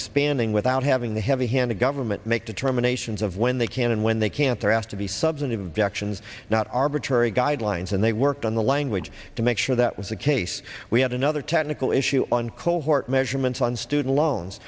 expanding without having the heavy hand of government make determinations of when they can and when they can't they're asked to be substantive directions not arbitrary guidelines and they worked on the language to make sure that was the case we had another technical issue on cohort measurements on student loans